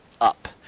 up